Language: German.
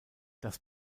das